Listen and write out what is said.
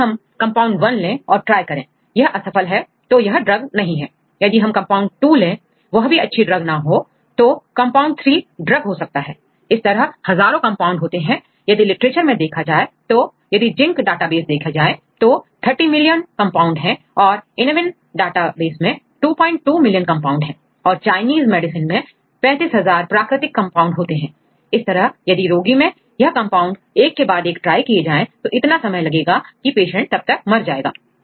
यदि हम compound one ले और ट्राई करें यह असफल है तो यह ड्रग नहीं है यदि हम कंपाउंड2 ले वह भी अच्छी ड्रग ना हो तो कंपाउंड 3 ड्रग हो सकता है इस तरह हजारों कंपाउंड होते हैं यदि लिटरेचर में देखा जाए तो यदि जिंक डाटाबेस देखे जाएं तो 35 मिलियन कंपाउंड है और enamine डेटाबेस में 22 मिलियन कंपाउंड तथा चाइनीस मेडिसिन मैं 35000 प्राकृतिक कंपाउंड्स होते हैं इस तरह यदि रोगी में यह कंपाउंड्स एक के बाद एक ट्राई किए जाएं तो इतना समय लगेगा की पेशेंट तब तक मर जाएगा